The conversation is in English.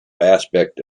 aspect